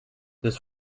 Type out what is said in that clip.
this